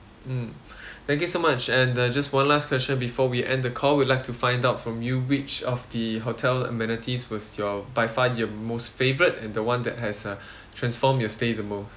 mm thank you so much and the just one last question before we end the call we'll like to find out from you which of the hotel amenities was your by far your most favourite and the one that has uh transform your stay the most